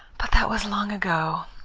but that was long ago,